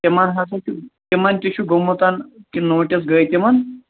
تِمن ہسا چھُ تِمن تہِ چھُ گومُت یہِ نوٹس گٔیے تِمن